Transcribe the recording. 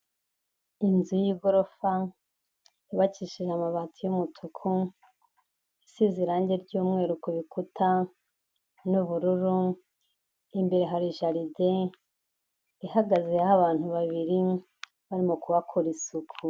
Inzu y'igorofa yubakishije amabati y'umutuku isize irangi ry'umweru ku bikuta n'ubururu, imbere hari jaride ihagazeho abantu babiri barimo kuhakora isuku.